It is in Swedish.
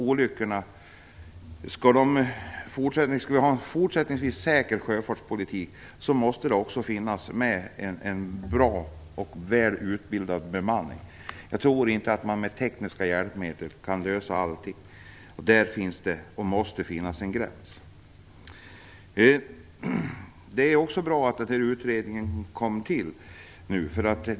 Om vi fortsättningsvis skall ha en säker sjöfart måste det också finnas en bra och välutbildad personal på båtarna. Jag tror inte att man med tekniska hjälpmedel kan lösa allting. Det finns och måste finnas en gräns. Det är bra att utredningen kom till nu.